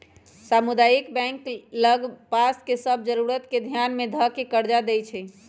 सामुदायिक बैंक लग पास के सभ जरूरत के ध्यान में ध कऽ कर्जा देएइ छइ